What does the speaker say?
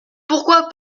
pourquoi